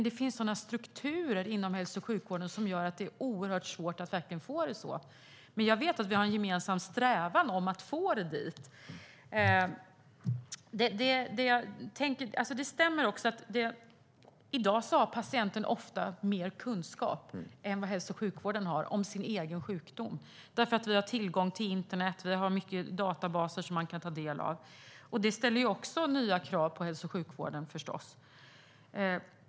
Det finns sådana strukturer inom hälso och sjukvården som gör att det är oerhört svårt att verkligen få det så. Jag vet att vi har en gemensam strävan om att få det dit. Det stämmer också att patienten i dag ofta har mer kunskap än vad hälso och sjukvården har om sin egen sjukdom. Vi har tillgång till internet och många databaser som man kan ta del av. Det ställer förstås också nya krav på hälso och sjukvården.